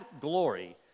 glory